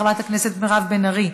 חברת הכנסת מירב בן ארי,